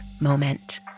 moment